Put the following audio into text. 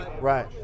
right